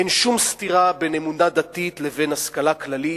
אין שום סתירה בין אמונה דתית לבין השכלה כללית.